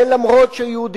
ואף שיהודים,